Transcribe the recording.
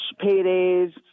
paydays